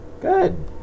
Good